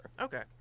Okay